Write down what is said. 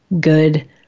good